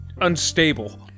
Unstable